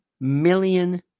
million